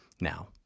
Now